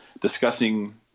discussing